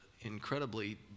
incredibly